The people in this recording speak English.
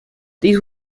these